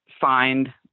find